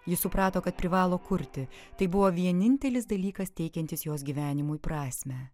ji suprato kad privalo kurti tai buvo vienintelis dalykas teikiantis jos gyvenimui prasmę